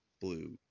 blue